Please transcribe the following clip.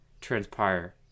transpire